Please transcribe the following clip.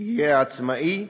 יהיה עצמאי,